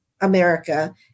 America